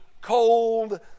cold